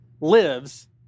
lives